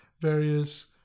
various